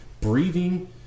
breathing